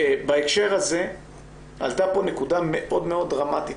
בהקשר הזה עלתה פה נקודה מאוד-מאוד דרמטית